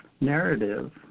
narrative